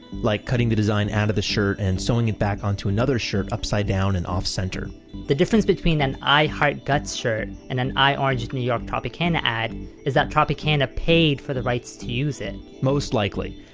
like cutting the design out of the shirt and sewing it back onto another shirt upside down and off center the difference between an i heart guts shirt and an i orange new york tropicana ad is that tropicana paid for the rights to use it. most likely.